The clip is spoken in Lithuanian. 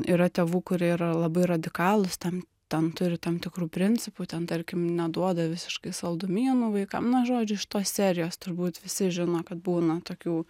yra tėvų kurie yra labai radikalūs ten ten turi tam tikrų principų ten tarkim neduoda visiškai saldumynų vaikam na žodžiu iš tos serijos turbūt visi žino kad būna tokių